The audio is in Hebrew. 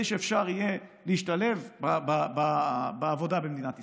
שאפשר יהיה להשתלב בעבודה במדינת ישראל.